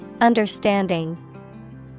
Understanding